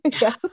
yes